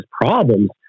problems